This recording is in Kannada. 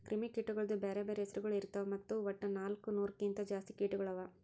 ಕ್ರಿಮಿ ಕೀಟಗೊಳ್ದು ಬ್ಯಾರೆ ಬ್ಯಾರೆ ಹೆಸುರಗೊಳ್ ಇರ್ತಾವ್ ಮತ್ತ ವಟ್ಟ ನಾಲ್ಕು ನೂರು ಕಿಂತ್ ಜಾಸ್ತಿ ಕೀಟಗೊಳ್ ಅವಾ